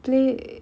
play